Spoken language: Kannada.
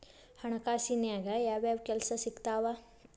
ಹಣಕಾಸಿನ್ಯಾಗ ಯಾವ್ಯಾವ್ ಕೆಲ್ಸ ಸಿಕ್ತಾವ